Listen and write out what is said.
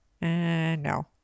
No